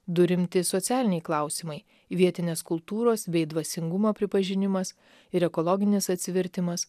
du rimti socialiniai klausimai vietinės kultūros bei dvasingumo pripažinimas ir ekologinis atsivertimas